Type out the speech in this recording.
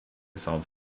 solves